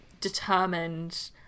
determined